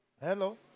Hello